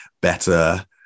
better